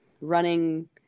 running